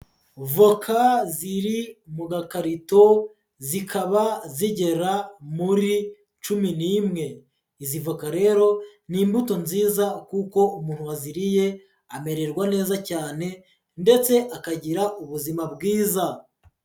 Voka ziri mu gakarito zikaba zigera muri cumi n'imwe. Izi voka rero ni imbuto nziza kuko umuntu waziriye amererwa neza cyane ndetse akagira ubuzima bwiza.